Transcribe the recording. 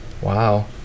Wow